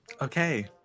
Okay